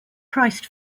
priced